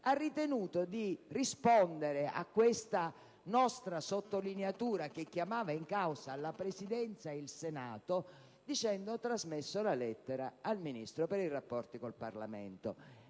ha ritenuto di rispondere a questa nostra sottolineatura, che chiamava in causa la Presidenza e il Senato, dicendo di aver trasmesso la lettera al Ministro per i rapporti con il Parlamento.